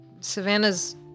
Savannah's